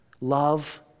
Love